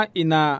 ina